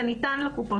זה ניתן לקופות.